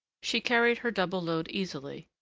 she carried her double load easily,